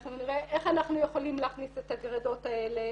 אנחנו נראה איך אנחנו יכולים להכניס את הגרידות האלה